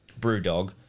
BrewDog